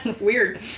weird